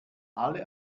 alle